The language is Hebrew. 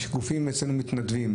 יש גופים של מתנדבים,